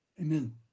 amen